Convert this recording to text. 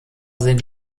sind